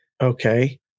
okay